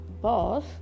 boss